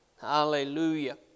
Hallelujah